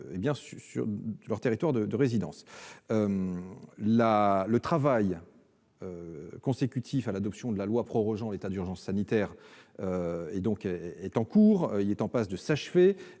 dans leur pays de résidence. Le travail consécutif à l'adoption de la loi prorogeant l'état d'urgence sanitaire est en cours. Il est même en passe de s'achever,